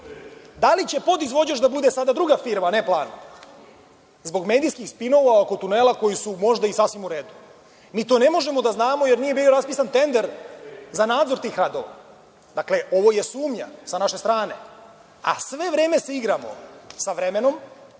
Da li će podizvođač da bude sada druga firma, a ne „Planum“, zbog medijskih spinova oko tunela koji su možda i sasvim u redu? Mi to ne možemo da znamo jer nije bio raspisan tender za nadzor tih radova. Dakle, ovo je sumnja sa naše strane, a sve vreme se igramo sa vremenom,